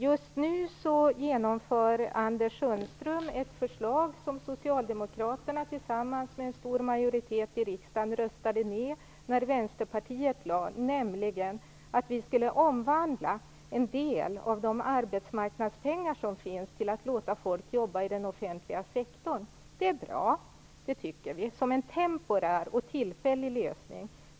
Just nu genomför Anders Sundström ett förslag som Socialdemokraterna tillsammans med en stor majoritet i riksdagen röstade ned när Vänsterpartiet lade fram det, nämligen att använda en del av de arbetsmarknadspengar som finns till att låta folk jobba i den offentliga sektorn. Detta tycker vi är bra som en temporär och tillfällig lösning.